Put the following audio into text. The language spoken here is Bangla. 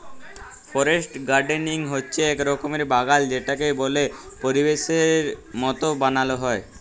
ফরেস্ট গার্ডেনিং হচ্যে এক রকমের বাগাল যেটাকে বল্য পরিবেশের মত বানাল হ্যয়